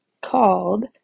called